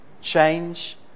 change